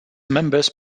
members